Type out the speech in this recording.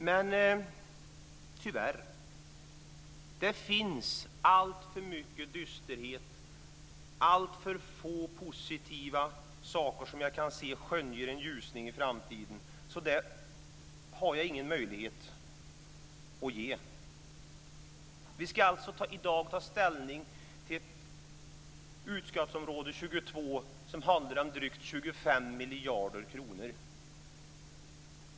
Men tyvärr: Det finns alltför för mycket dysterhet och alltför få positiva saker som jag kan se för att skönja en ljusning i framtiden, så det har jag inga möjligheter att ge. Vi ska alltså i dag ta ställning till utgiftsområde 22, som handlar om drygt 25 miljarder kronor.